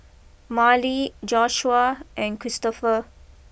Marlee Joshuah and Cristopher